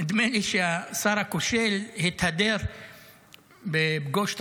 נדמה לי שהשר הכושל התהדר בפגוש את